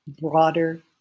broader